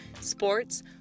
sports